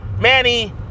Manny